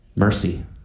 Mercy